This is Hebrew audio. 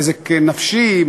נזק נפשי,